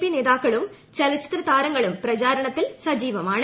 P നേതാക്കളും ചലച്ചിത്ര താരങ്ങളും പ്രചാരണത്തിൽ സജീവമാണ്